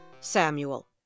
Samuel